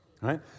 right